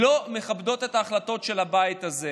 לא מכבדות את ההחלטות של הבית הזה,